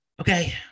Okay